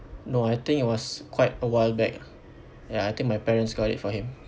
no I think it was quite a while back lah ya I think my parents got it for him